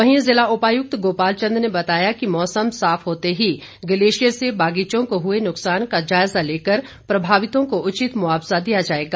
वहीं जिला उपायुक्त गोपाल चंद ने बताया कि मौसम साफ होते ही ग्लेशियर से बागीचों को हुए नुक्सान का जायजा लेकर प्रभावितों को उचित मुआवजा दिया जाएगा